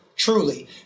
Truly